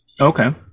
Okay